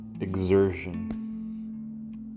exertion